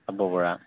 চাব পৰা